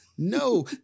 No